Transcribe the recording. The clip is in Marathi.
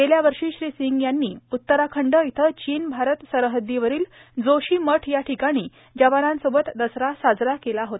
गेल्यावर्षी श्री सिंग यांनी उत्तराखंड इथं चीन भारत सरहद्दीवरील जोशी मठ या ठिकाणी जवानांसोबत दसरा साजरा केला होता